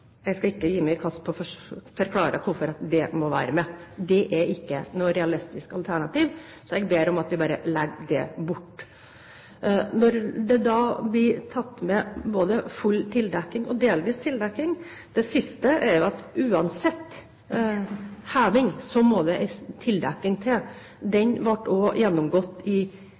Jeg skal ikke gi meg i kast med å forklare hvorfor det må være med. Det er ikke noe realistisk alternativ, så jeg ber om at vi bare legger det bort. Til det at det blir tatt med både full tildekking og delvis tildekking: Det siste er tatt med fordi uansett heving må det en tildekking til. Den ble også gjennomgått i